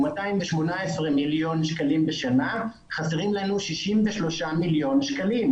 הוא 218 מיליון שקלים בשנה אבל חסרים לנו 63 מיליון שקלים.